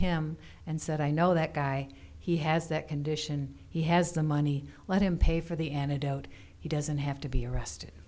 him and said i know that guy he has that condition he has the money let him pay for the antidote he doesn't have to be arrested